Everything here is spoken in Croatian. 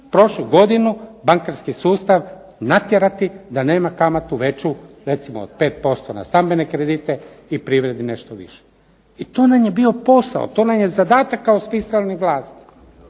prošlu godinu bankarski sustav natjerati da nema kamatu veću recimo od 5% na stambene kredite i privredi nešto više. I to nam je bio posao. To nam je zadatak kao .../Govornik